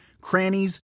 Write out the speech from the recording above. crannies